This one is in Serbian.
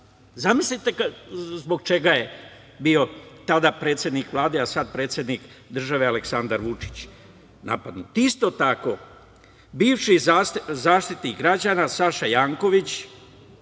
Zamislite zbog čega je bio tada predsednik Vlade a sada predsednik države Aleksandar Vučić napadnut! Isto tako, bivši Zaštitnik građana Saša Janković